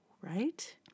Right